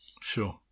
sure